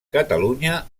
catalunya